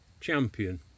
champion